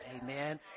amen